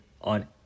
On